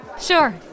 Sure